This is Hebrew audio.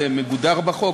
זה מוגדר בחוק?